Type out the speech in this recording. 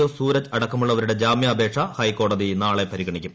O Sooraj അടക്കമുളളവരുടെ ജാമ്യാപേക്ഷ ഹൈക്കോടതി നാളെ പരിഗ്ഗണിക്കും